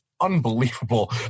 unbelievable